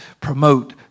promote